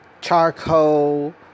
Charcoal